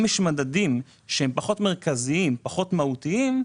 אם יש מדדים שהם פחות מרכזיים ופחות מהותיים,